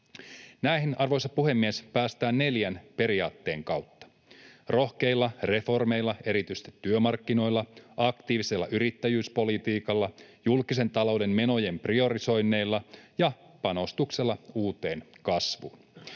Näihin, arvoisa puhemies, päästään neljän periaatteen kautta: rohkeilla reformeilla erityisesti työmarkkinoilla, aktiivisella yrittäjyyspolitiikalla, julkisen talouden menojen priorisoinneilla ja panostuksella uuteen kasvuun.